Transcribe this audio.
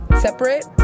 separate